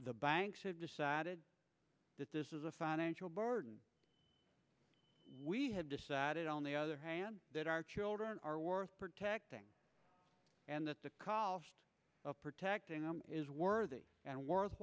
the banks have decided that this is a financial burden we have decided on the other hand that our children are worth protecting and that the cost of protecting them is worthy and wo